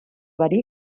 verí